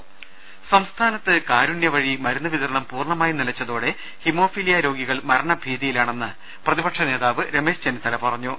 ദേശ സംസ്ഥാനത്ത് കാരുണ്യ വഴി മരുന്ന് വിതരണം പൂർണമായും നിലച്ചതോടെ ഹീമോഫീലിയ രോഗികൾ മരണഭീതിയിലാണെന്ന് പ്രതിപക്ഷ നേതാവ് രമേശ് ചെന്നിത്തല പറഞ്ഞു